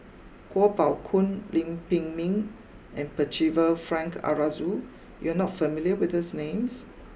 Kuo Pao Kun Lim Pin Min and Percival Frank Aroozoo you are not familiar with these names